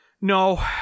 No